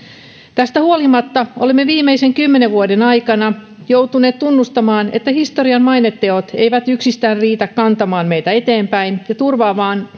tästä huolimatta olemme viimeisen kymmenen vuoden aikana joutuneet tunnustamaan että historian maineteot eivät yksistään riitä kantamaan meitä eteenpäin ja turvaamaan